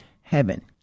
heaven